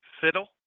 fiddle